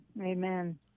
amen